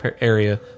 area